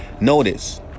Notice